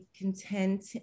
content